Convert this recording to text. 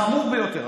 חמור ביותר.